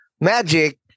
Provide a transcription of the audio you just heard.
Magic